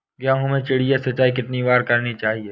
गेहूँ में चिड़िया सिंचाई कितनी बार करनी चाहिए?